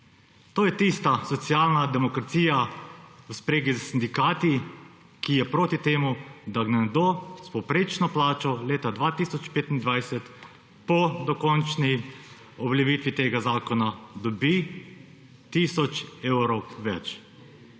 To je tista socialna demokracija v spregi s sindikati, ki je proti temu, da nekdo s povprečno plačo leta 2025 po dokončni uveljavitvi tega zakona dobi tisoč evrov več.